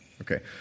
Okay